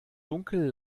dunkel